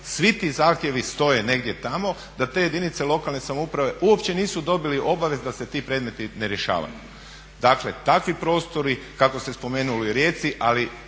svi ti zahtjevi stoje negdje tamo da te jedinice lokalne samouprave uopće nisu dobile obavijest da se ti predmeti ne rješavaju. Dakle, takvi prostori kako ste spomenuli u Rijeci, ali